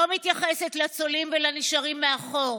לא מתייחסת לצולעים ולנשארים מאחור.